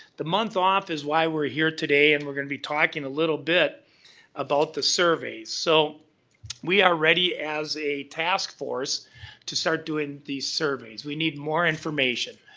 the month off is why we're here today and we're going to be talking a little bit about the surveys so we are ready as a task force to start doing the surveys. we need more information.